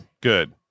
Good